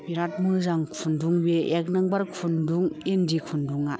बिराथ मोजां खुन्दुं बे एक नाम्बार खुन्दुं इन्दि खुन्दुङा